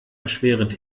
erschwerend